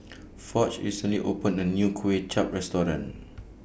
Foch recently opened A New Kuay Chap Restaurant